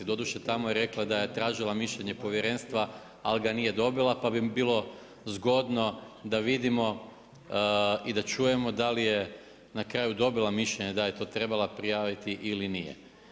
Doduše, tamo je rekla da je tražila mišljenje povjerenstva ali ga nije dobila pa bi bilo zgodno da vidimo i da čujemo da li je na kraju dobila mišljenje da je to trebala prijaviti ili nije.